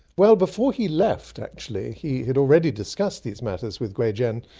well before he left actually, he had already discussed these matters with gwei-djen,